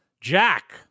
Jack